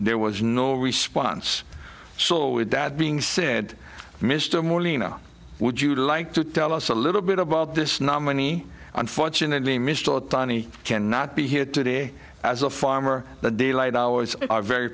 there was no response so with that being said mr morley would you like to tell us a little bit about this nominee unfortunately mr donny cannot be here today as a farmer but daylight hours are very